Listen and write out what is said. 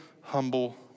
humble